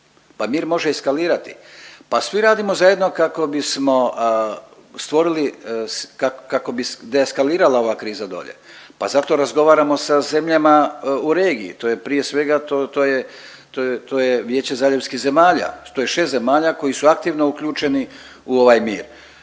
mir može eskalirati. Pa svi radimo zajedno kako bismo stvorili, kako bi de eskalirala ova kriza dolje, pa zato razgovaramo sa zemljama u regiji to je prije svega to je, to je Vijeće zaljevskih zemalja, to je šest zemalja koji su aktivno uključeni u ovaj mir